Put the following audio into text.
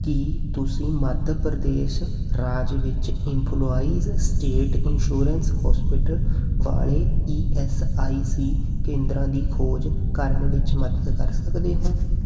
ਕੀ ਤੁਸੀਂ ਮੱਧ ਪ੍ਰਦੇਸ਼ ਰਾਜ ਵਿੱਚ ਇੰਪੋਲਾਈਜ਼ ਸਟੇਟ ਇੰਸ਼ੋਰੈਂਸ ਹੋਸਪਿਟਲ ਵਾਲੇ ਈ ਐੱਸ ਆਈ ਸੀ ਕੇਂਦਰਾਂ ਦੀ ਖੋਜ ਕਰਨ ਵਿੱਚ ਮਦਦ ਕਰ ਸਕਦੇ ਹੋ